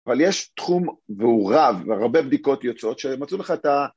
אבל יש תחום והוא רב, הרבה בדיקות יוצאות שמצאו לך את ה...